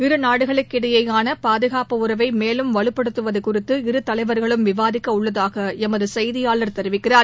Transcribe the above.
இரு நாடுகளுக்கிடையேயான பாதுகாப்பு உறவை மேலும் வலுப்டுத்துவது குறித்து இரு தலைவர்களும் விவாதிக்க உள்ளதாக எமது செய்தியாளர் தெரிவிக்கிறார்